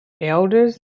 Elders